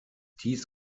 dies